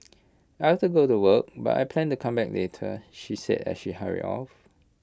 I have to go to work but I plan to come back later she said as she hurry off